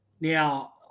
Now